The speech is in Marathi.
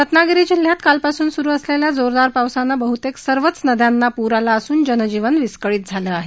रत्नागिरी जिल्ह्यात कालपासून सुरू असलेल्या जोरदार पावसानं बहुतेक सर्वच नद्यांना पूर आला असून जनजीवन विस्कळित झालं आहे